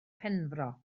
penfro